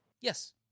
Yes